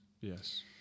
yes